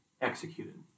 executed